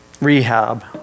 Rehab